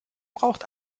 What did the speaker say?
braucht